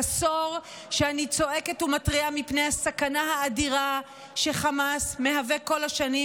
עשור שאני צועקת ומתריעה מפני הסכנה האדירה שחמאס מהווה כל השנים,